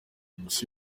gusa